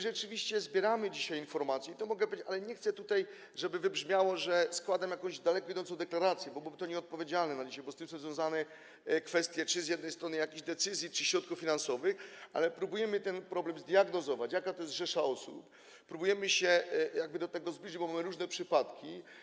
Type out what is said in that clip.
Rzeczywiście zbieramy dzisiaj informacje i to mogę powiedzieć, ale nie chcę, żeby tutaj wybrzmiało, że składam jakąś daleko idącą deklarację, bo byłoby to na dzisiaj nieodpowiedzialne, bo z tym są związane kwestie czy z jednej strony jakiejś decyzji, czy środków finansowych, ale próbujemy ten problem zdiagnozować, jaka to jest rzesza osób, próbujemy się do tego zbliżyć, bo mamy różne przypadki.